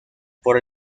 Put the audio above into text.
por